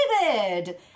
David